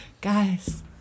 Guys